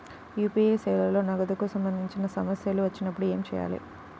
UPI సేవలలో నగదుకు సంబంధించిన సమస్యలు వచ్చినప్పుడు ఏమి చేయాలి?